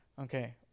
Okay